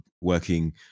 working